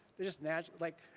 they're just natch, like,